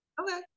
Okay